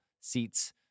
seats